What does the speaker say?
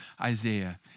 Isaiah